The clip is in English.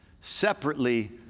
separately